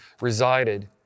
resided